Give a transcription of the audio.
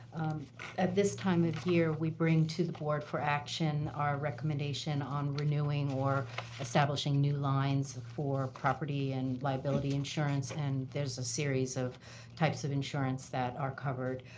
at this time of year we bring to the board for action our recommendation on renewing or establishing new lines for property and liability insurance, and there is a series of types of insurance that are covered.